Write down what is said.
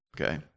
Okay